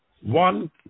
one